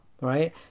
right